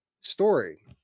Story